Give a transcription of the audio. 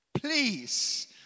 Please